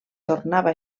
tornava